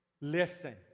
Listen